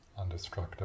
Undestructible